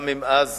גם אם אז